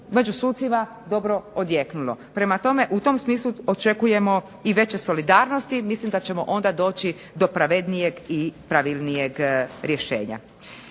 među sucima dobro odjeknulo. Prema tome, u tom smislu očekujemo i veće solidarnosti. Mislim da ćemo onda doći do pravednijeg i pravilnijeg rješenja.